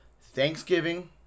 Thanksgiving